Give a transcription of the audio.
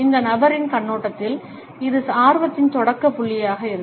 இந்த நபரின் கண்ணோட்டத்தில் இது ஆர்வத்தின் தொடக்க புள்ளியாக இருக்கும்